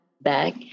back